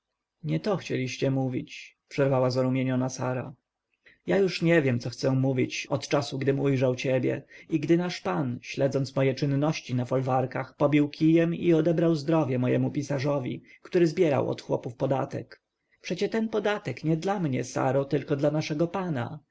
nie to chcieliście mówić przerwała zarumieniona sara ja już nie wiem co chcę mówić od czasu gdym ujrzał ciebie i gdy nasz pan śledząc moje czynności na folwarkach pobił kijem i odebrał zdrowie mojemu pisarzowi który zbierał od chłopów podatek przecie ten podatek nie dla mnie saro tylko dla naszego pana